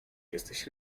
jesteś